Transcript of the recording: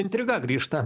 intriga grįžta